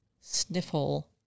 Sniffle